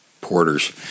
porters